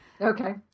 Okay